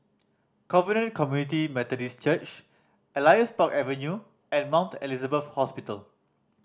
Covenant Community Methodist Church Elias Park Avenue and Mount Elizabeth Hospital